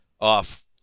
Off